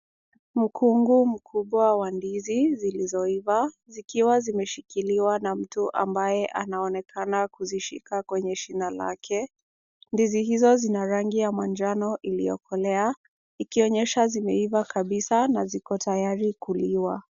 Mkungu mkubwa wa ndizi zilizoiva zikiwa zimeshikiliwa na mtu ambaye anaonekana kuzishika kwenye shina lake. Ndizi hizo zina rangi ya manjano iliyokolea ikionyesha zimeiva kabisa na ziko tayari kuliwa.